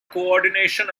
coordination